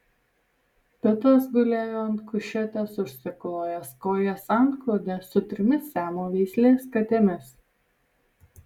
pitas gulėjo ant kušetės užsiklojęs kojas antklode su trimis siamo veislės katėmis